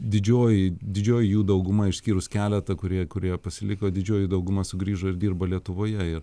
didžioji didžioji jų dauguma išskyrus keletą kurie kurie pasiliko didžioji dauguma sugrįžo ir dirba lietuvoje jie